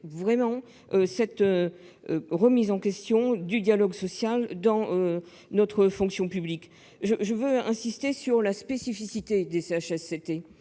bien d'une remise en question du dialogue social dans notre fonction publique. J'insiste sur la spécificité des CHSCT,